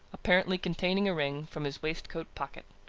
apparently containing a ring, from his waistcoat pocket.